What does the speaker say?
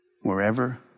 wherever